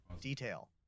detail